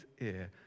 ear